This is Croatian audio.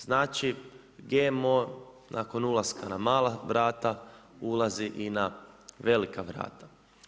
Znači GMO nakon ulaska na mala vrata, ulazi i na velika vrata.